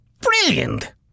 Brilliant